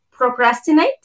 procrastinate